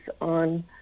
on